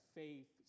faith